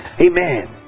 Amen